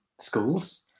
schools